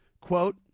Quote